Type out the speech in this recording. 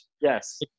Yes